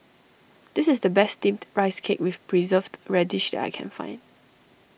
this is the best Steamed Rice Cake with Preserved Radish that I can find